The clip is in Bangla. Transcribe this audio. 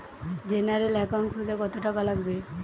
জেনারেল একাউন্ট খুলতে কত টাকা লাগবে?